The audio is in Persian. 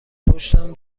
پشتم